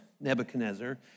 Nebuchadnezzar